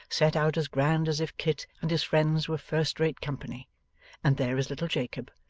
set out as grand as if kit and his friends were first-rate company and there is little jacob,